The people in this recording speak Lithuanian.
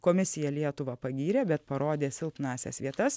komisija lietuvą pagyrė bet parodė silpnąsias vietas